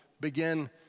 begin